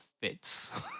fits